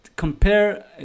compare